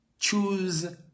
Choose